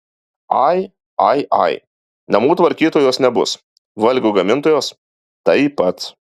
ai ai ai namų tvarkytojos nebus valgio gamintojos taip pat